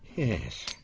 yes,